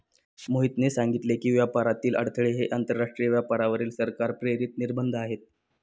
मोहितने सांगितले की, व्यापारातील अडथळे हे आंतरराष्ट्रीय व्यापारावरील सरकार प्रेरित निर्बंध आहेत